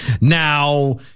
now